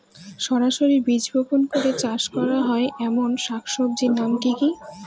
সরাসরি বীজ বপন করে চাষ করা হয় এমন শাকসবজির নাম কি কী?